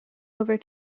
over